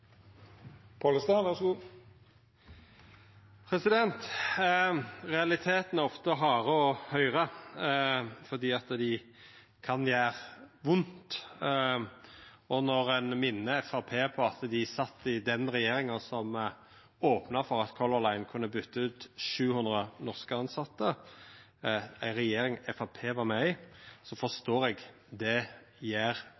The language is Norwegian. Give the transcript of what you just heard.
ofte hardt å høyra realitetane, for dei kan gjera vondt, og når ein minner Framstegspartiet på at dei sat i den regjeringa som opna for at Color Line kunne byta ut 700 norske tilsette – det var altså ei regjering Framstegspartiet var med i – forstår eg at det gjer